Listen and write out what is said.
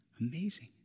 Amazing